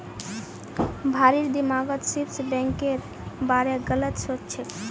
भारिर दिमागत स्विस बैंकेर बारे गलत सोच छेक